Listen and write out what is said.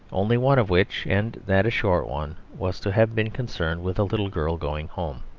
only one of which, and that a short one, was to have been concerned with a little girl going home.